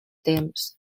temps